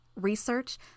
research